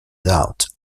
doubt